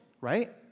right